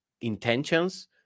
intentions